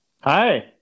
Hi